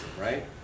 right